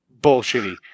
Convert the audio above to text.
bullshitty